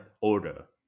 order